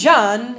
John